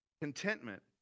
contentment